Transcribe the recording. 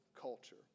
culture